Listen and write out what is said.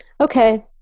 Okay